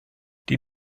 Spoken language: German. die